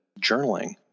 journaling